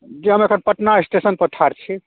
जी हम एखन पटना स्टेशन पर ठाढ़ छी